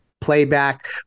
playback